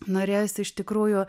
norėjosi iš tikrųjų